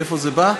מאיפה זה בא?